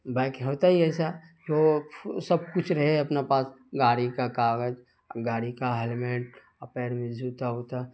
bike ہوتا ہی ایسا جو فو سب کچھ رہے اپنا پاس گاڑی کا کاغذ گاڑی کا ہیلمیٹ اور پیر میں جوتا ووتا